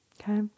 okay